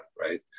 right